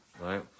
right